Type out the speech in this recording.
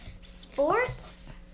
Sports